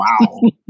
Wow